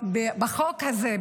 בחוק הזה,